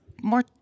more